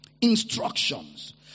Instructions